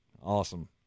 Awesome